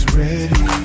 ready